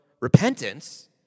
repentance